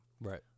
Right